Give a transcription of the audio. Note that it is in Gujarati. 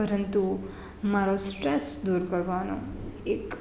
પરંતુ મારો સ્ટ્રેસ દૂર કરવાનો એક